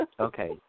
Okay